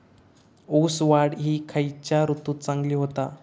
ऊस वाढ ही खयच्या ऋतूत चांगली होता?